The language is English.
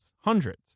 Hundreds